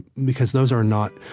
because those are not,